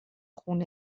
خون